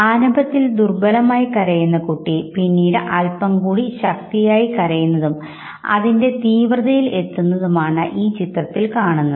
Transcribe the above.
ആരംഭത്തിൽ ദുർബലമായ കരയുന്ന കുട്ടി പിന്നീട് അല്പം കൂടി ശക്തമായി കരയുന്നതും പിന്നീട് അതിൻറെ തീവ്രതയിൽ എത്തുന്നതും ആണ് ചിത്രത്തിൽ കാണുക